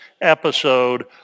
episode